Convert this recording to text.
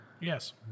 Yes